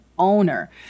Owner